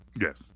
Yes